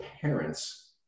parents